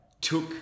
took